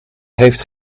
heeft